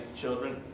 children